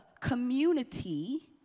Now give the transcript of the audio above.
community